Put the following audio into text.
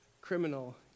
criminal